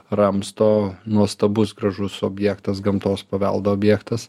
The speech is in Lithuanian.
ramsto nuostabus gražus objektas gamtos paveldo objektas